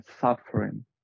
suffering